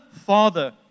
Father